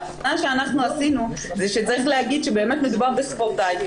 ההבחנה שאנחנו עשינו זה שצריך להגיד שבאמת מדובר בספורטאי,